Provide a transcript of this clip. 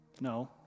No